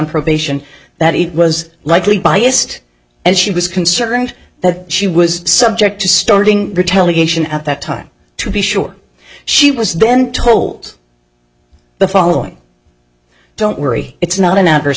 probation that it was likely biased as she was concerned that she was subject to starting retaliation at that time to be sure she was then told the following don't worry it's not an adverse